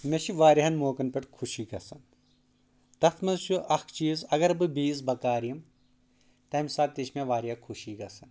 مےٚ چھِ وارٕیاہَن موقعن پؠٹھ خوشی گژھَان تَتھ منٛز چھُ اَکھ چیٖز اَگر بہٕ بیٚیِس بَکار یِم تمہِ ساتہٕ تہِ چھِ مےٚ وارِیاہ خوشی گژھَان